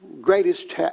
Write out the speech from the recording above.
greatest